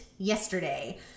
yesterday